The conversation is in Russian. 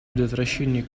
предотвращении